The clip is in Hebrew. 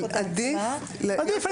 אבל עדיף --- עדיף,